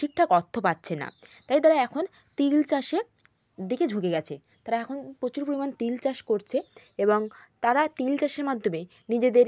ঠিকঠাক অর্থ পাচ্ছে না তাই তারা এখন তিল চাষের দিকে ঝুঁকে গেছে তারা এখন প্রচুর পরিমাণ তিল চাষ করছে এবং তারা তিল চাষের মাধ্যমে নিজেদের